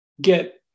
get